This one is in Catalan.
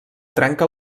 trenca